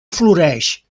floreix